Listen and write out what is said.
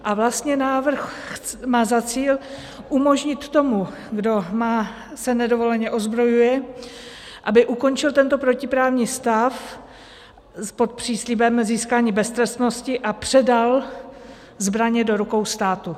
A vlastně návrh má za cíl umožnit tomu, kdo se nedovoleně ozbrojuje, aby ukončil tento protiprávní stav pod příslibem získání beztrestnosti a předal zbraně do rukou státu.